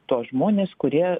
tuos žmones kurie